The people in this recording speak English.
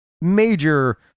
major